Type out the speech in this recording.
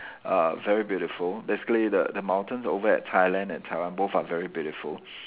uh very beautiful basically the the mountains over at Thailand and Taiwan both are very beautiful